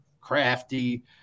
crafty